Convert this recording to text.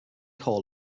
hall